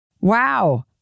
Wow